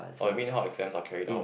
oh you mean how exams are carried out